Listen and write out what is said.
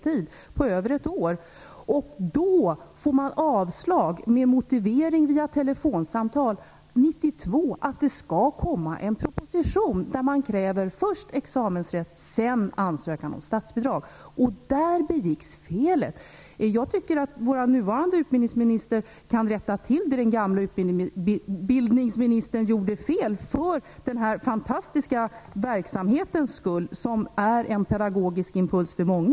Men då, 1992, får man avslag, med motiveringen via telefonsamtal att det skall komma en proposition där man kräver: först examensrätt, sedan ansökan om statsbidrag. Det var då som felet begicks. Jag tycker att vår nuvarande utbildningsminister kan rätta till där den förre utbildningsministern gjorde fel just för den här fantastiska verksamhetens skull. Den är en pedagogisk impuls för alla.